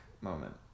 moment